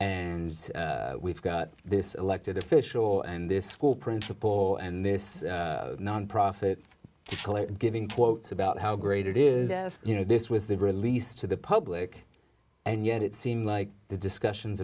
and we've got this elected official and this school principal and this nonprofit giving quotes about how great it is you know this was the release to the public and yet it seemed like the discussions